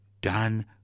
done